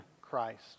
Christ